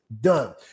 done